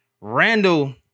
Randall